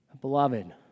Beloved